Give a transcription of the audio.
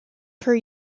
per